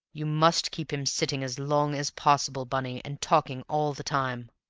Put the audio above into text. you must keep him sitting as long as possible, bunny, and talking all the time!